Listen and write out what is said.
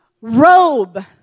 robe